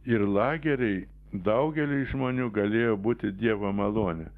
ir lageriai daugeliui žmonių galėjo būti dievo malonė